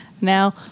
now